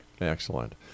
Excellent